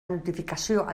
notificació